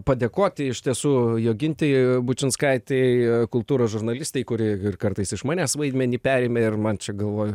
padėkoti iš tiesų jogintei bučinskaitei kultūros žurnalistei kuri kartais iš manęs vaidmenį perėmė ir man čia galvoj